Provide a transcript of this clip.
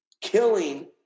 killing